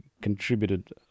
contributed